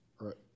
right